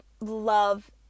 love